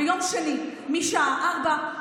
ביום שני משעה 16:00,